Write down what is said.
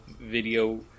video